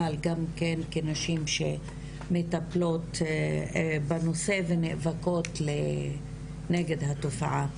אבל גם כן כנשים שמטפלות בנושא ונאבקות נגד התופעה.